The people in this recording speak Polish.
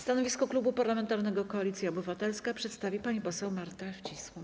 Stanowisko Klubu Parlamentarnego Koalicja Obywatelska przedstawi pani poseł Marta Wcisło.